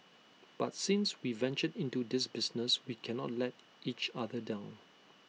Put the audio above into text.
but since we ventured into this business we cannot let each other down